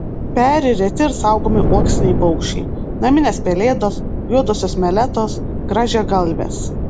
peri reti ir saugomi uoksiniai paukščiai naminės pelėdos juodosios meletos grąžiagalvės